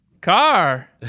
Car